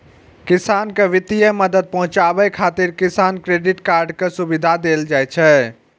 किसान कें वित्तीय मदद पहुंचाबै खातिर किसान क्रेडिट कार्ड के सुविधा देल जाइ छै